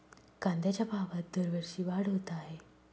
कांद्याच्या भावात दरवर्षी वाढ होत आहे